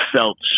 felt